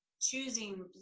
choosing